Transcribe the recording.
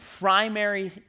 primary